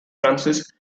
branches